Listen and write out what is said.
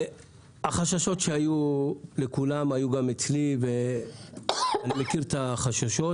החששות שהיו לכולם היו גם אצלי אבל דברי הפתיחה